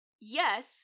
yes